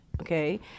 Okay